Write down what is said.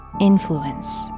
influence